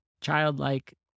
childlike